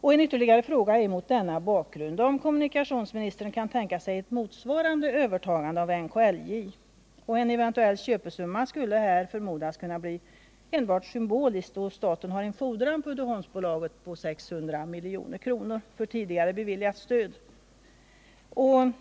En ytterligare fråga är mot denna bakgrund om kommunikationsministern kan tänka sig ett motsvarande övertagande av NKLJ. En eventuell köpesumma skulle här kunna förmodas bli endast symbolisk, då staten har en fordran på Uddeholmsbolaget på 600 milj.kr. för tidigare beviljat stöd.